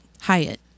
Hyatt